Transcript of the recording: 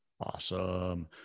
Awesome